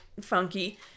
funky